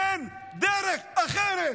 אין דרך אחרת.